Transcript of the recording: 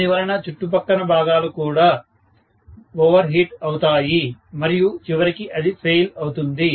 దీనివలన చుట్టుపక్కల భాగాలు కూడా ఓవర్ హీట్ అవుతాయి మరియు చివరికి అది ఫెయిల్ అవుతుంది